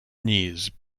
knees